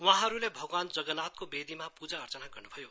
वहाँहरूले भगवान जग्गनाथको वेदीमा पूजा अर्चना गर्नुभयो